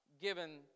given